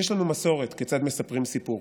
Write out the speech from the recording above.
יש לנו מסורת כיצד מספרים סיפור,